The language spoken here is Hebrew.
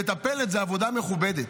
מטפלת זה עבודה מכובדת.